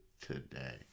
today